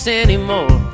anymore